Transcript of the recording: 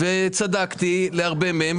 וצדקתי לגבי הרבה מהם.